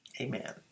amen